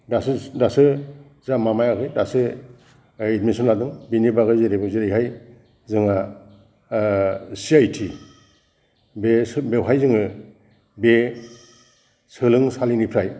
दासो जा माबायाखै दासो एदमिसन लादों बेनि बागै जेरैबो जेरैहाय जोंहा सि आइ ति बे बेयावहाय जोङो बे सोलोंसालिनिफ्राय